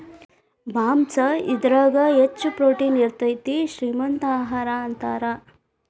ಮಾಂಸಾ ಇದರಾಗ ಹೆಚ್ಚ ಪ್ರೋಟೇನ್ ಇರತತಿ, ಶ್ರೇ ಮಂತ ಆಹಾರಾ ಅಂತಾರ